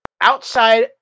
outside